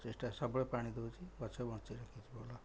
ଚେଷ୍ଟା ସବୁବେଳେ ପାଣି ଦଉଚି ଗଛ ବଞ୍ଚି ରହିବ ଭଲ